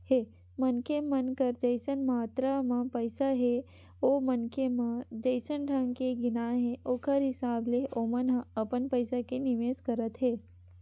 मनखे मन कर जइसन मातरा म पइसा हे ओ मनखे म जइसन ढंग के गियान हे ओखर हिसाब ले ओमन ह अपन पइसा के निवेस करत हे